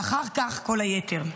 ואחר כך כל היתר.